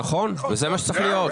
נכון, וזה מה שצריך להיות.